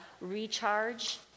recharge